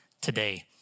today